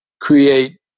create